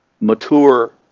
mature